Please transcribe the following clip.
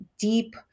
deep